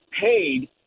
paid